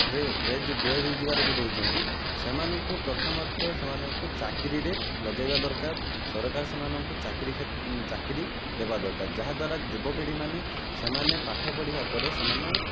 ରେ ବେରୋଜଗାର ରହୁଛନ୍ତି ସେମାନଙ୍କୁ ପ୍ରଥମତଃ ସେମାନଙ୍କୁ ଚାକିରିରେ ଲଗାଇବା ଦରକାର ସରକାର ସେମାନଙ୍କୁ ଚାକିରି ଚାକିରି ଦେବା ଦରକାର ଯାହାଦ୍ୱାରା ଯୁବପିଢ଼ୀ ମାନେ ସେମାନେ ପାଠପଢ଼ିବା ପରେ ସେମାନେ